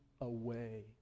away